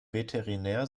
veterinär